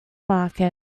market